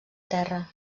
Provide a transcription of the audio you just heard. terra